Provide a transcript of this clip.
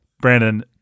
Brandon